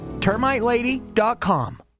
termitelady.com